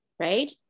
Right